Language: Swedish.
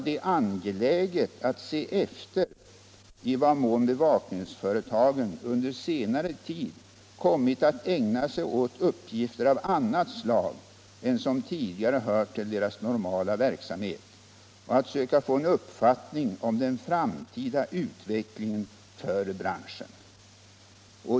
Det är angeläget all se efter i vad mån bevakningsföretagen under senare tid kommit atl ägna sig åt uppgifter av annat slag än som tidigare hört till deras normala verksamhetsområde och att söka få en uppfattning om den framtida utvecklingen för branschen.